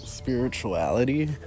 spirituality